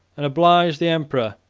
and obliged the emperor,